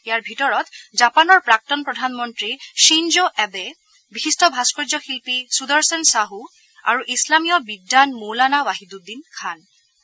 ইয়াৰ ভিতৰত জাপানৰ প্ৰাক্তন প্ৰধানমন্ত্ৰী শ্বিনজো আবে বিশিষ্ট ভাস্কৰ্য্য শিল্পী সুদৰ্শন ছাহু আৰু ইছলামীয় বিদ্বান মৌলানা ৱাহিদুদ্দিন খান অন্যতম